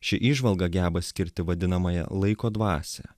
ši įžvalga geba skirti vadinamąją laiko dvasią